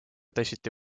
teisiti